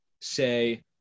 say